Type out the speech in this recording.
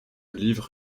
livre